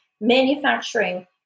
Manufacturing